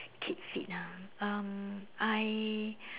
keep fit ah um I